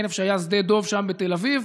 איפה שהיה שדה דב שם בתל אביב.